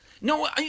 No